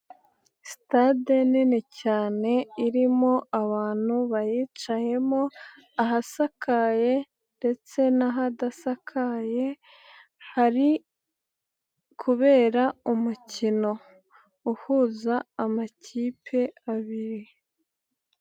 Sitade nini cyane irimo abantu bayicayemo ahasakaye ndetse n'ahadasakaye, hari kubera umukino, uhuza amakipe abiri.